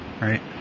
right